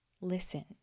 listen